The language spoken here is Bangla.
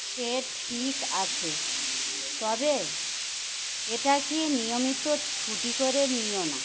সে ঠিক আছে তবে এটাকে নিয়মিত ছুটি করে নিও না